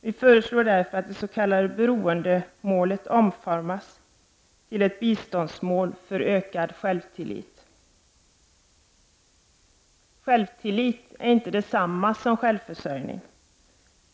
Vi föreslår därför att det s.k. beroendemålet omformas till ett biståndsmål för ökad självtillit. Självtillit är inte detsamma som självförsörjning.